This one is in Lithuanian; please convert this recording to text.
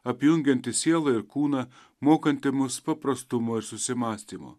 apjungianti sielą ir kūną mokanti mus paprastumo ir susimąstymo